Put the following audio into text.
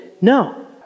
No